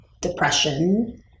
depression